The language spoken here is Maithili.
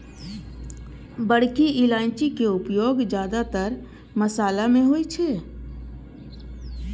बड़की इलायची के उपयोग जादेतर मशाला मे होइ छै